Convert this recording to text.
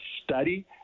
study